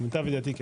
למיטב ידיעתי כן.